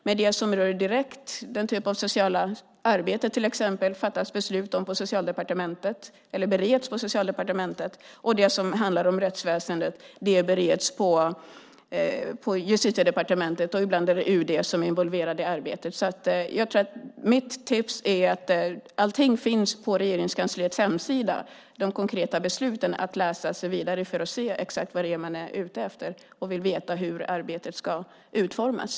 Men det som direkt rör till exempel det sociala arbetet bereds på Socialdepartementet. Det som handlar om rättsväsendet bereds på Justitiedepartementet. Ibland är det UD som är involverat i arbetet. Mitt tips är att allting finns på Regeringskansliets hemsida. Där kan man läsa sig vidare fram till de konkreta besluten och se exakt vad man är ute efter om man vill veta hur arbetet ska utformas.